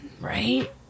Right